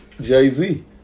Jay-Z